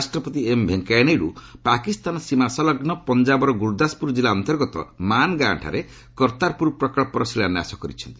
ଉପରାଷ୍ଟ୍ରପତି ଏମ୍ ଭେଙ୍କୟା ନାଇଡ଼ୁ ପାକିସ୍ତାନ ସୀମାସଲଗୁ ପଞ୍ଜାବର ଗୁରୁଦାସପୁର କିଲ୍ଲା ଅନ୍ତର୍ଗତ ମାନ୍ଗାଁଠାରେ କର୍ତ୍ତାରପୁର ପ୍ରକଳ୍ପର ଶିଳାନ୍ୟାସ କରିଛନ୍ତି